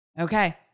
Okay